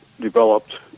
developed